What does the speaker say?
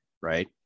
Right